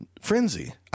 Frenzy